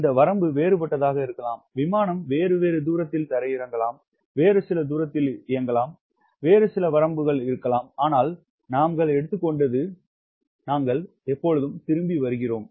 இந்த வரம்பு வேறுபட்டதாக இருக்கலாம் விமானம் வேறு தூரத்தில் தரையிறங்கலாம் வேறு சில தூரம் வேறு சில வரம்புகள் இருக்கலாம் ஆனால் நாங்கள் எடுத்துக்கொண்டோம் திரும்பி வருகிறோம்